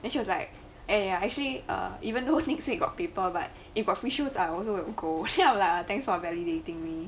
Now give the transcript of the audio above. then she was like !aiya! actually err even though next week got paper but if got free shoes I also will go then I was like thanks for validating me